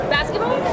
Basketball